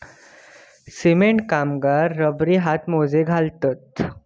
cement कामगार रबरी हातमोजे घालतत